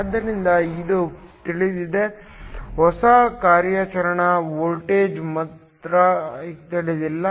ಆದ್ದರಿಂದ ಇದು ತಿಳಿದಿದೆ ಹೊಸ ಕಾರ್ಯಾಚರಣಾ ವೋಲ್ಟೇಜ್ ಮಾತ್ರ ತಿಳಿದಿಲ್ಲ